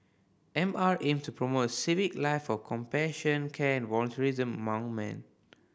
M R aims to promote a civic life of compassion care and volunteerism among man